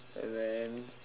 and then